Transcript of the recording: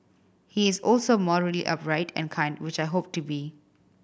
he is also morally upright and kind which I hope to be